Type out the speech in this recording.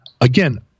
again